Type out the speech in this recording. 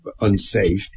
unsafe